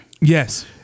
Yes